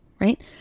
right